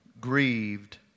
grieved